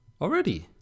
already